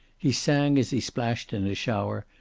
he sang as he splashed in his shower,